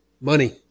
Money